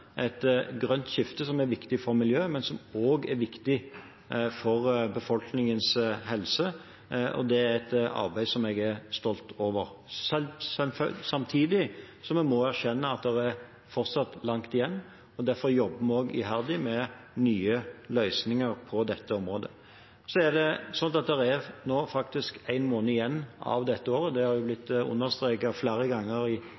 et grønt skifte, som er viktig for miljøet, men som også er viktig for befolkningens helse, og det er et arbeid som jeg er stolt over. Samtidig må vi erkjenne at det fortsatt er langt igjen, og derfor jobber vi også iherdig med nye løsninger på dette området. Så er det sånn at det nå faktisk er én måned igjen av dette året – det har blitt understreket flere ganger i